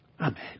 Amen